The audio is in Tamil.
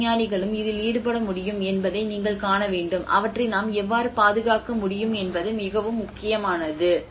பொருள் விஞ்ஞானிகளும் இதில் ஈடுபட முடியும் என்பதை நீங்கள் காண வேண்டும் அவற்றை நாம் எவ்வாறு பாதுகாக்க முடியும் என்பது மிகவும் முக்கியமானது